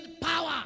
power